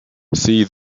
see